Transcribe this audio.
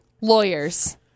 lawyers